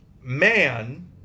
man